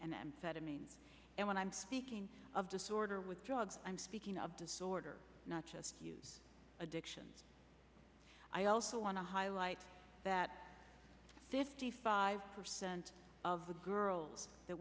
amphetamines and when i'm speaking of disorder with drugs i'm speaking of disorder not just use addiction i also want to highlight that fifty five percent of the girls that